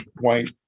white